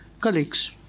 Colleagues